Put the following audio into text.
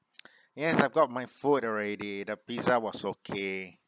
yes I've got my food already the pizza was okay